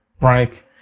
right